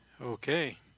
okay